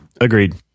Agreed